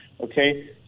okay